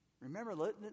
Remember